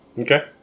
Okay